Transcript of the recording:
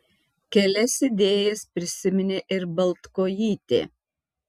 kelias idėjas prisiminė ir baltkojytė